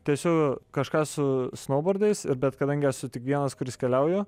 tęsiu kažką su snoubordais i bet kadangi esu tik vienas kuris keliauju